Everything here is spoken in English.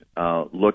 Look